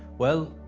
well,